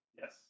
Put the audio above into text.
Yes